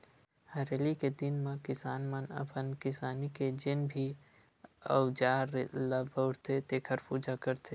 हरेली के दिन म किसान मन अपन किसानी के जेन भी अउजार ल बउरथे तेखर पूजा करथे